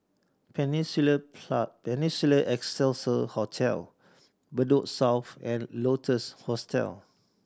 Peninsula Peninsula Excelsior Hotel Bedok South and Lotus Hostel